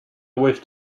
wished